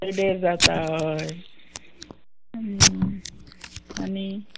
पेड्डेर जाता हय आनी